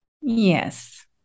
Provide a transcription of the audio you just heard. Yes